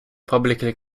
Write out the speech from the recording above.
publicly